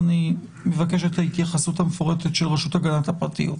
אני מבקש את ההתייחסות המפורטת של רשות הגנת הפרטיות.